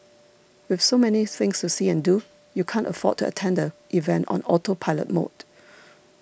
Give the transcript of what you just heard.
with so many things to see and do you can't afford to attend the event on autopilot mode